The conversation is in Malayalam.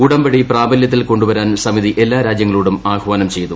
ഉടമ്പടി പ്രാബലൃത്തിൽ കൊണ്ടു വരാൻ സമിതി എല്ലാ രാജ്യങ്ങളോടും ആഹ്വാനം ചെയ്തു